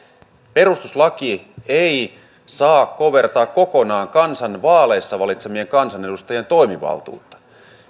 perustuslaki ei saa kovertaa kokonaan kansan vaaleissa valitsemien kansanedustajien toimivaltuutta